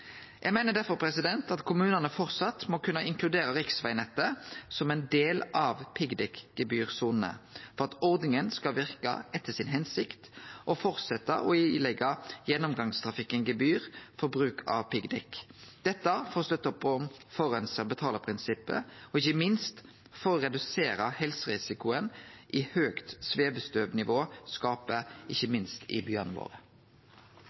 Eg meiner derfor at kommunane framleis må kunne inkludere riksvegnettet som ein del av piggdekkgebyrsonene for at ordninga skal verke etter si hensikt, og framleis påleggje gjennomgangstrafikken gebyr for bruk av piggdekk – dette for å støtte opp om forureinar betaler-prinsippet, og ikkje minst for å redusere helserisikoen høgt svevestøvnivå skaper, ikkje minst i byane våre.